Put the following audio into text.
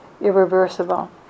irreversible